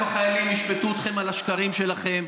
החיילים ישפטו אתכם על השקרים שלכם,